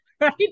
right